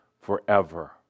forever